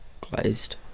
glazed